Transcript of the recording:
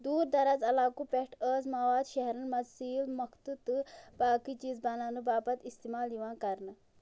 دوٗر دراز علاقو پٮ۪ٹھ ٲس مواد شَہرَن منٛز سیٖل مۄکھتہٕ تہٕ باقٕے چیٖز بناونہٕ باپتھ استعمال یِوان کرنہٕ